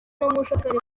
n’umushoferi